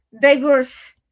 diverse